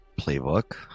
playbook